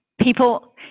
people